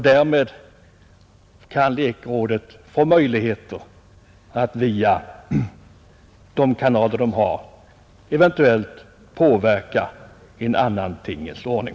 Därmed kan lekmiljörådet eventuellt få möjlighet att via de kanaler det har åstadkomma en annan tingens ordning.